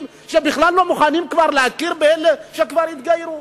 שבכלל לא מוכנים להכיר באלה שכבר התגיירו.